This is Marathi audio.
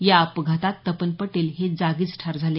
या अपघातात तपन पटेल हे जागीच ठार झाले